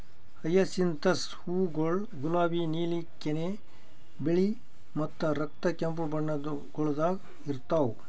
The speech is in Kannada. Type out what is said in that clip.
ಹಯಸಿಂಥಸ್ ಹೂವುಗೊಳ್ ಗುಲಾಬಿ, ನೀಲಿ, ಕೆನೆ, ಬಿಳಿ ಮತ್ತ ರಕ್ತ ಕೆಂಪು ಬಣ್ಣಗೊಳ್ದಾಗ್ ಇರ್ತಾವ್